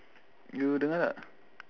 you dengar tak